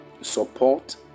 support